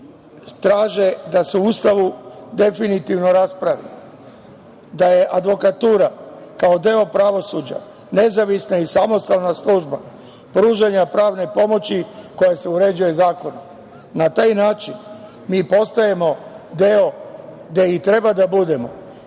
traže da se u Ustavu definitivno raspravi da je advokatura kao deo pravosuđa nezavisna i samostalna služba pružanja pravne pomoći koja se uređuje zakonom. Na taj način mi postajemo deo gde i treba da budemo,